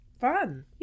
Fun